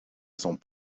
sont